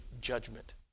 judgment